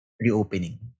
reopening